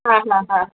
ಹಾಂ ಲಾ ಹಾಂ